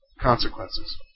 Consequences